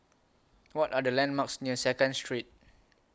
What Are The landmarks near Second Street